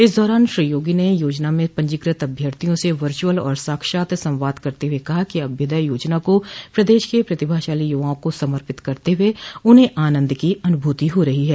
इस दौरान श्री योगी ने योजना में पंजीकृत अभ्यर्थियों से वर्चुअल और साक्षात संवाद करते हुए कहा कि अभ्युदय योजना को प्रदेश के प्रतिभाशाली युवाओं को समर्पित करते हुए उन्हें आनन्द की अनुभूति हो रही है